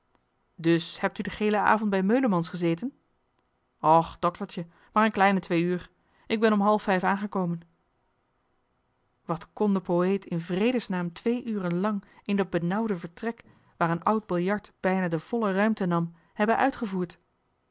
dus hebt u den heelen avond bij meulemans gezeten och doktertje maar een kleine twee uur k ben om half vijf aangekomen wat kon de poëet in vredes naam twee uren lang in dat benauwde vertrek waar een oud biljart bijna de volle ruimte nam hebben uitgevoerd